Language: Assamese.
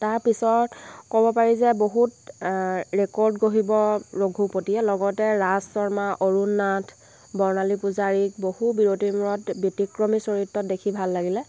তাৰপিছত ক'ব পাৰি যে বহুত ৰেকৰ্ড গঢ়িব ৰঘুপতিয়ে লগতে ৰাজ শৰ্মা অৰুণ নাথ বৰ্ণালী পূজাৰীক বহু বিৰতিৰ মূৰত ব্যতিক্ৰমী চৰিত্ৰত দেখি ভাল লাগিলে